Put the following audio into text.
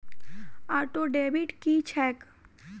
Auto debit की छैक?